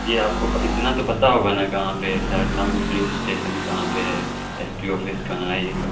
جی آپ کو اتنا تو پتہ ہوگا نا کہاں پہ سہرسہ میں پولیس اسٹیشن کہاں پہ ہے ایس پی آفس کہاں ہے یہ سب